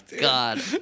God